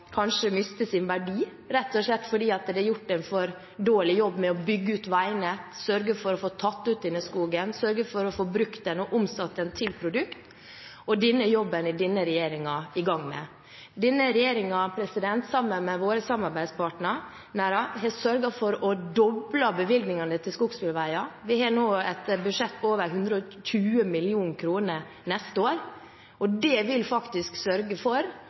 miste sin verdi, rett og slett fordi det er gjort en for dårlig jobb med å bygge ut veinett, med å sørge for å få tatt ut denne skogen, sørge for å få brukt den og omsatt den til produkter, og den jobben er denne regjeringen i gang med. Denne regjeringen, sammen med dens samarbeidspartnere, har sørget for å doble bevilgningene til skogsbilveier. Vi har nå et budsjett på over 120 mill. kr for neste år. Det vil faktisk sørge for